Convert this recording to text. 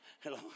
Hello